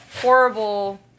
horrible